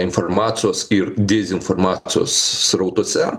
informacijos ir dezinformacijos srautuose